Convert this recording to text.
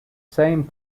same